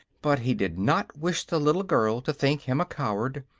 but he did not wish the little girl to think him a coward,